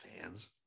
fans